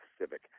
Civic